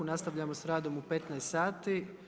Nastavljamo s radom u 15,00 sati.